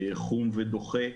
חום ודוחה,